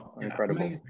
incredible